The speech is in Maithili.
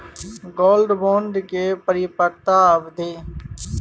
गोल्ड बोंड के परिपक्वता अवधि?